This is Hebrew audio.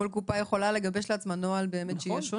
כל קופה יכולה לגבש לעצמה נוהל שונה.